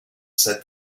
said